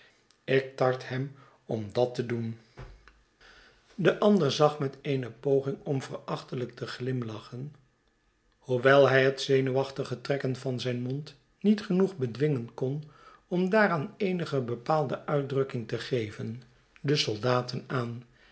ik tart hem om dat te doen groote verwachtingen de ander zag met eene poging om verachtelijk te glimlachen hoewel hij het zenuwachtige trekken van zijn mond niet genoeg bedwingen kon om daaraan eenige bepaalde uitdrukking te geven de soldaten aan